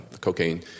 cocaine